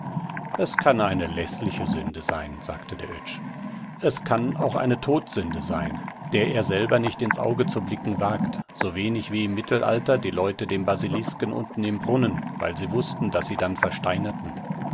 es kann eine läßliche sünde sein sagte der oetsch es kann auch eine todsünde sein der er selber nicht ins auge zu blicken wagt so wenig wie im mittelalter die leute dem basilisken unten im brunnen weil sie wußten daß sie dann versteinerten